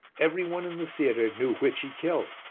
every one in the theatre knew which he killed,